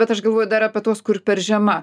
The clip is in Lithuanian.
bet aš galvoju dar apie tuos kur per žema